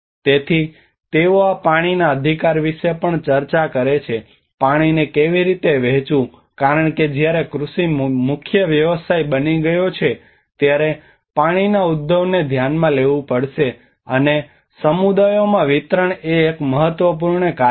તેથી તેઓ આ પાણીના અધિકાર વિશે પણ ચર્ચા કરે છે પાણીને કેવી રીતે વહેંચવું કારણ કે જ્યારે કૃષિ મુખ્ય વ્યવસાય બની ગયો છે ત્યારે પાણીના ઉદ્ભવને ધ્યાનમાં લેવું પડશે અને સમુદાયોમાં વિતરણ એ એક મહત્વપૂર્ણ કાર્ય છે